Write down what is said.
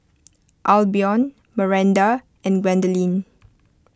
Albion Maranda and Gwendolyn